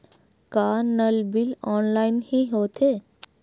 का नल bill offline हि होथे?